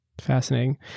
fascinating